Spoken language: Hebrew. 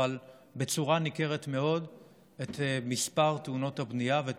אבל בצורה ניכרת מאוד את מספר תאונות הבנייה ואת